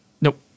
Nope